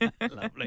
Lovely